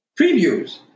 Previews